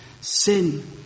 sin